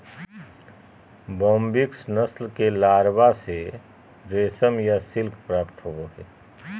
Bombyx नस्ल के larva से रेशम या सिल्क प्राप्त होबा हइ